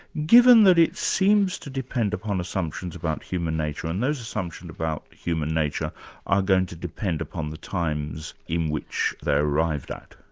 given that it seems to depend upon assumptions about human nature, and those assumptions about human nature are going to depend upon the times in which they're arrived at.